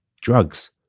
Drugs